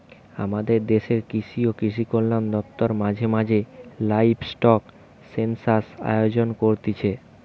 আমদের দেশের কৃষি ও কৃষিকল্যান দপ্তর মাঝে মাঝে লাইভস্টক সেনসাস আয়োজন করতিছে